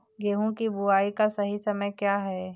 गेहूँ की बुआई का सही समय क्या है?